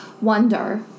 wonder